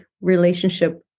relationship